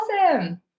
Awesome